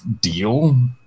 deal